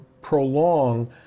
prolong